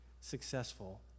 successful